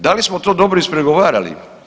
Da li smo to dobro ispregovarali?